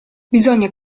bisogna